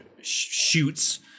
shoots